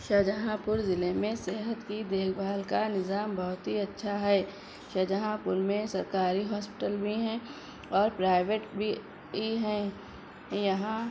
شاہجہاں پور ضلع میں صحت کی دیکھ بھال کا نظام بہت ہی اچھا ہے شاہجہاں پور میں سرکاری ہاسپٹل بھی ہیں اور پرائیویٹ بھی ہیں یہاں